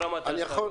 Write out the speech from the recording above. לדעת,